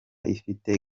ifite